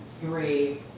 three